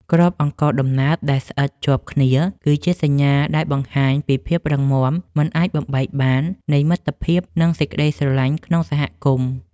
គ្រាប់អង្ករដំណើបដែលស្អិតជាប់គ្នាគឺ ជាសញ្ញាដែលបង្ហាញពីភាពរឹងមាំមិនអាចបំបែកបាននៃមិត្តភាពនិងសេចក្ដីស្រឡាញ់ក្នុងសហគមន៍។